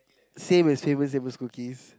same as Famous-Amos cookies